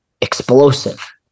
explosive